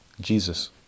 Jesus